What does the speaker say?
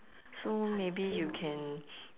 so maybe you can